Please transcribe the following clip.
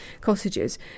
cottages